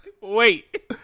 Wait